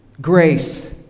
Grace